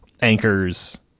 anchors